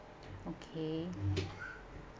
okay